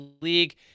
League